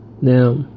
Now